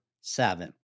seven